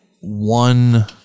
one